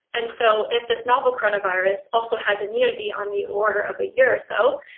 and so if this novel coronavirus also has immunity on the order of a year or so,